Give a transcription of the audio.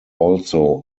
also